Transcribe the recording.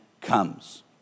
comes